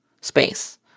space